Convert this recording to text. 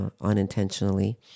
unintentionally